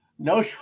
No